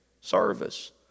service